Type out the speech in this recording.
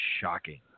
shocking